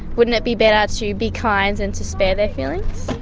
wouldn't it be better to be kind and to spare their feelings?